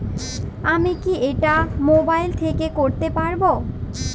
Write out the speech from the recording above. আমি কি এটা মোবাইল থেকে করতে পারবো?